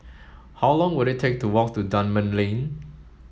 how long will it take to walk to Dunman Lane